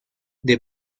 the